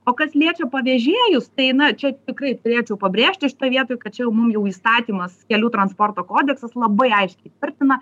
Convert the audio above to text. o kas liečia pavėžėjus tai na čia tikrai turėčiau pabrėžti šitoj vietoj kad čia jau mum jau įstatymas kelių transporto kodeksas labai aiškiai tvirtina